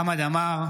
בעד חמד עמאר,